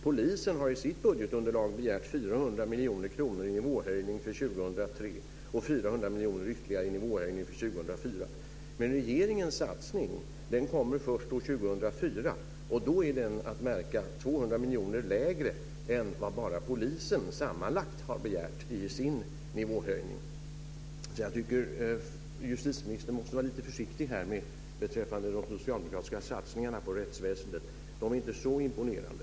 Polisen har i sitt budgetunderlag begärt 400 Men regeringens satsning kommer först år 2004. Då är den, att märka, 200 miljoner lägre än vad bara polisen sammanlagt har begärt i sin nivåhöjning. Jag tycker att justitieministern måste vara lite försiktig beträffande de socialdemokratiska satsningarna på rättsväsendet. De är inte så imponerande.